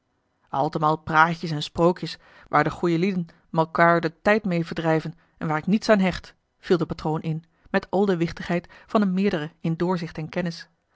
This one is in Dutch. altemaal praatjes en sprookjes waar de goê liên malkaâr den tijd meê verdrijven en waar ik niets aan hecht viel de patroon in met al de wichtigheid van een meerdere in doorzicht en kennis